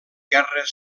guerra